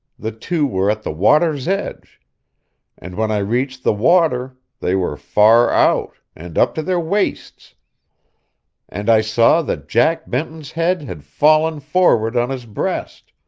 the two were at the water's edge and when i reached the water they were far out, and up to their waists and i saw that jack benton's head had fallen forward on his breast,